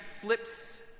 flips